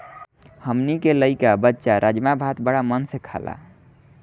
हमनी के लइका बच्चा राजमा भात बाड़ा मन से खाला